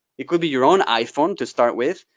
it could be your own iphone to start with.